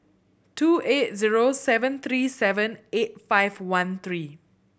two eight zero seven three seven eight five one three